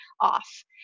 off